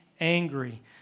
angry